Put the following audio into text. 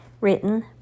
written